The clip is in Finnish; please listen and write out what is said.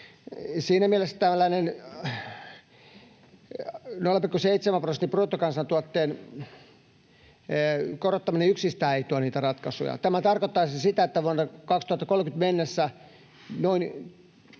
Siinä mielessä tällainen korottaminen 0,7 prosenttiin bruttokansantuotteesta ei yksistään tuo niitä ratkaisuja. Tämä tarkoittaisi sitä, että vuoteen 2030 mennessä noin